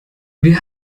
wir